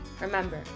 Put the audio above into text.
Remember